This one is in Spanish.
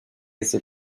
ese